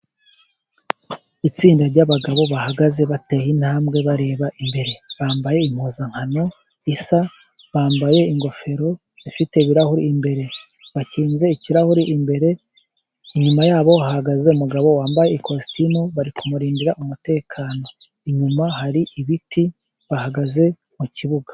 Itsinda ry'abagabo bahagaze batera intambwe bareba imbere, bambaye impuzankano isa, bambaye ingofero ifite ibirahuri imbere, bakinze ikirahuri imbere, inyuma yabo hahagaze umugabo wambaye ikositimu, bari kumurindira umutekano. Inyuma hari ibiti, bahagaze mu kibuga.